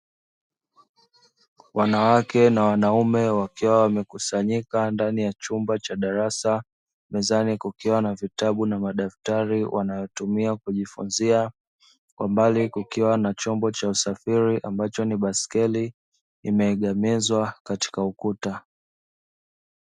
Wanawake na wanaume wakiwa wamekusanyika ndani ya chumba cha darasa, mezani kukiwa na vitabu na madaftari wanayotumia kujifunzia, kwa mbali kukiwa na chombo cha usafiri ambacho ni baskeli, imeegemezwa katika ukuta.